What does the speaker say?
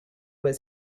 was